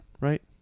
Right